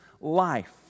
life